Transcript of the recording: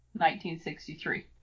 1963